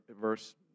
Verse